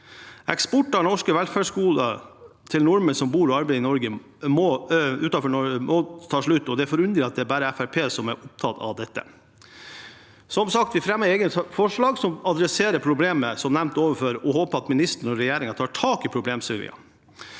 Eksport av norske velferdsgoder til nordmenn som bor og arbeider utenfor Norge, må ta slutt, og det er forunderlig at det bare er Fremskrittspartiet som er opptatt av dette. Som sagt fremmer vi et eget forslag som adresserer problemet som nevnt ovenfor, og håper at ministeren og regjeringen tar tak i problemstillingen.